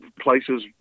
places